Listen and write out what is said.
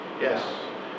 Yes